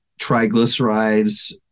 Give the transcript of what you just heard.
triglycerides